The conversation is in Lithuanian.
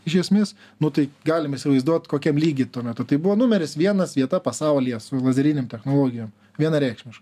iš esmės nu tai galim įsivaizduot kokiam lygy tuo metu tai buvo numeris vienas vieta pasaulyje su lazerinėm technologijom vienareikšmiškai